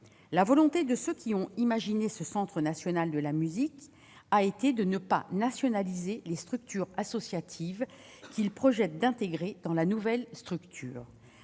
La volonté de ceux qui ont imaginé le Centre national de la musique a été de ne pas « nationaliser » les structures associatives qu'ils projettent d'intégrer à la nouvelle structure.